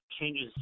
changes –